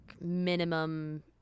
minimum